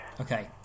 Okay